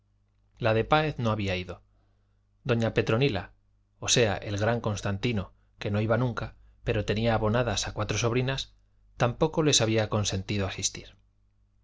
la de páez no había ido doña petronila o sea el gran constantino que no iba nunca pero tenía abonadas a cuatro sobrinas tampoco les había consentido asistir